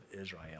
Israel